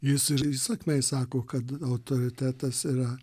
jis ir įsakmiai sako kad autoritetas yra